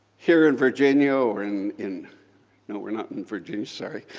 here in virginia or and in no, we're not in virginia, sorry